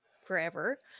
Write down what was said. forever